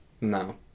No